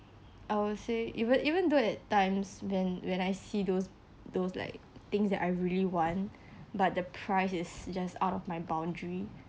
I would say even even though that times when when I see those those like things I really want but the price is just out of my boundary